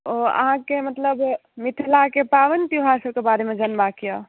ओ अहाँकेँ मतलब मिथिलाक पाबनि त्योहारसभके बारमे जनबाक यए